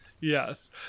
Yes